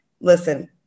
Listen